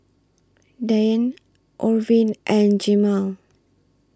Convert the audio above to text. Deanne Orvin and Jemal